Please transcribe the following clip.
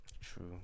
True